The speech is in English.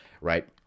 right